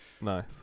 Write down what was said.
Nice